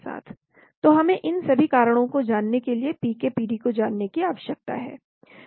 तो हमें इन सभी कारणों को जानने के लिए पीके पीडी को जानने की आवश्यकता है